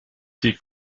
sie